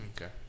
Okay